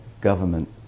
government